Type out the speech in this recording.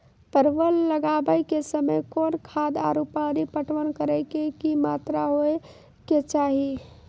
परवल लगाबै के समय कौन खाद आरु पानी पटवन करै के कि मात्रा होय केचाही?